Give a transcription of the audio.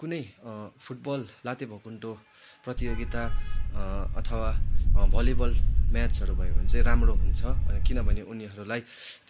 कुनै फुटबल लाते भकुन्डो प्रतियोगिता अथवा भलिभल म्याचहरू भयो भने चाहिँ राम्रो हुन्छ किनभने उनीहरूलाई